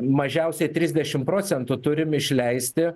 mažiausiai trisdešimt procentų turim išleisti